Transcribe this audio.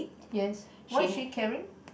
yes what is she carrying